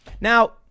Now